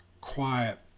quiet